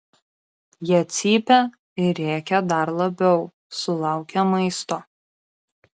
jie cypia ir rėkia dar labiau sulaukę maisto